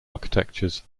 architectures